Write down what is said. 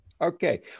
Okay